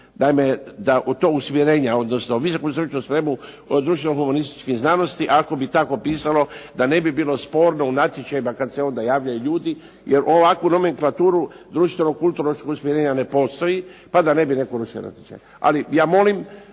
naime da u to usmjerenja odnosno visoku stručnu spremu u ovim društveno-humanističkoj znanosti, ako bi tako pisalo da ne bi bilo sporno u natječajima kad se onda javljaju ljudi jer ovakvu nomenklaturu društvenog-kulturološkog usmjerenja ne postoji pa da ne bi … /Govornik se ne razumije./… Ali ja molim